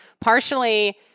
partially